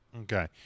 okay